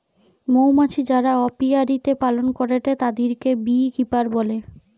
মৌমাছি যারা অপিয়ারীতে পালন করেটে তাদিরকে বী কিপার বলে